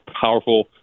powerful